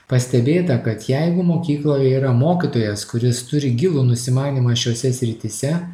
pastebėta kad jeigu mokykloje yra mokytojas kuris turi gilų nusimanymą šiose srityse